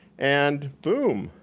and boom.